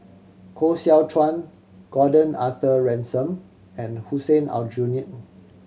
Koh Seow Chuan Gordon Arthur Ransome and Hussein Aljunied